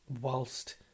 whilst